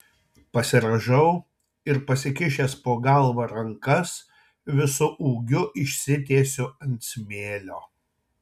pasirąžau ir pasikišęs po galva rankas visu ūgiu išsitiesiu ant smėlio